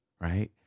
right